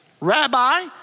Rabbi